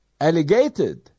allegated